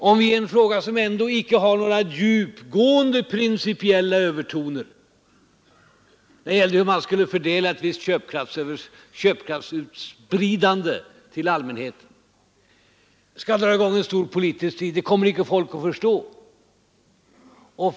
Om vi i en fråga, som ändå inte har några djupgående principiella övertoner, gällande hur man skulle fördela ett visst köpkraftsutspridande till allmänheten, skulle dra i gång en stor politisk strid, skulle folk inte förstå detta.